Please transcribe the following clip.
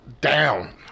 Down